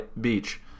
Beach